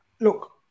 Look